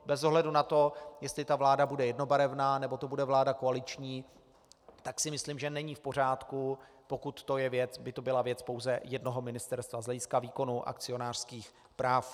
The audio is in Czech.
Bez ohledu na to, jestli vláda bude jednobarevná nebo to bude vláda koaliční, tak si myslím, že není v pořádku, pokud by to byla věc pouze jednoho ministerstva z hlediska výkonu akcionářských práv.